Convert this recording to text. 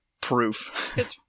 proof